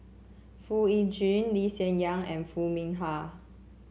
Foo Yee Jun Lee Hsien Yang and Foo Mee Har